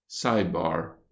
Sidebar